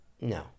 No